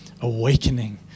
awakening